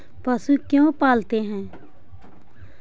पशु क्यों पालते हैं?